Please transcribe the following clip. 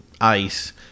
ice